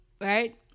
right